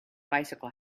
bicycle